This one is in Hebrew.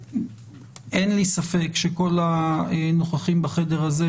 אין לי ספק שכל הנוכחים בחדר הזה,